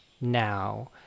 Now